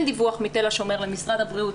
אין דיווח מתל השומר למשרד הבריאות,